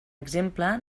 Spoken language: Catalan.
exemple